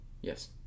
Yes